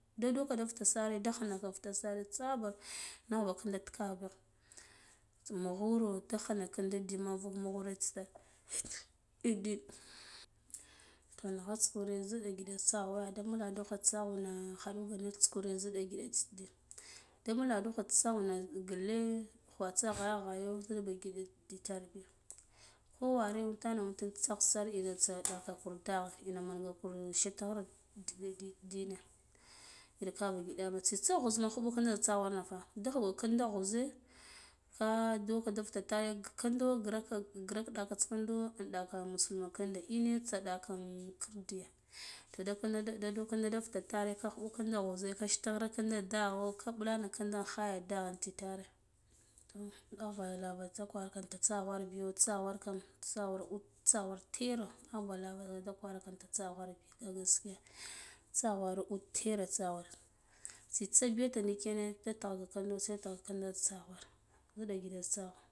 Da doka da tatasare da khinaka fita sare khingaka fitasire tsbir nagh baka kida kaba mughuro da ghina kinda di mughuro taitar toh naghuta kure gida ngiɗa tsagwe da mukindu kha tsaghwena khaduka dits kure ziɗa ngiɗa tsidiyan da maladukha tsaguna khaduka dits kure ziɗa ngiɗa tsidiyan da muladukha tsaguna nghe khwatsi yaghay gidha ngid ditar bi kuware itma itim tsaghsar ha tsi da kur deghen ina manga kur slata ghire diga dik ndina wara irka tsitsa ghuzna khubu kinde tsaghwanefa da khuɓo kinda ghuze ka doka da fitatari kindo grako grak datskindo in ɗeka musulama kindo ine tsaɗaka kirdiye da da kinde da do kinda da fita tare ka khuɓu kin da ghuze da shata ghire dagho isa bulano kinda dagheri ititare toh nga va lava tsa kwarka inti tsaghwar tsa ghwar kam tsaghwar ud tsa tera tsahwar tsitsa biya nta ndikene da taghga nusa tagh kinda tsagwa ziɗa ngi ɗa tsagwu.